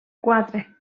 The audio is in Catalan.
quatre